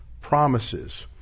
promises